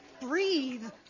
breathe